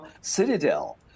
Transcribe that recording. Citadel